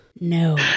No